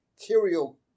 material